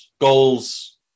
Goals